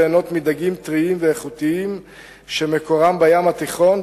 כך שהצרכנים יוכלו ליהנות מדגים טריים ואיכותיים שמקורם בים התיכון,